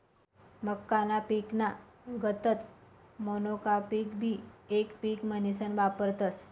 मक्काना पिकना गतच मोनोकापिंगबी येक पिक म्हनीसन वापरतस